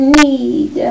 need